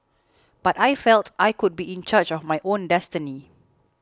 but I felt I could be in charge of my own destiny